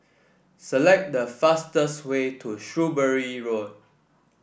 select the fastest way to Shrewsbury Road